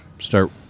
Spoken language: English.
start